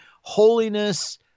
holiness